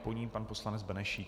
Po ní pan poslanec Benešík.